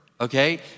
Okay